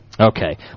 Okay